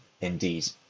Indeed